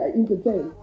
entertain